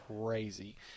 crazy